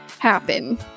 happen